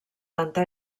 tanta